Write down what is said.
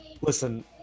Listen